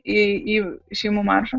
į į šeimų maršą